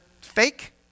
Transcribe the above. fake